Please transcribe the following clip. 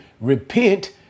repent